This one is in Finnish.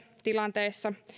tilanteessa